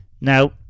Now